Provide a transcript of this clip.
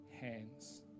hands